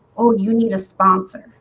oh, you need a sponsor.